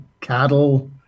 cattle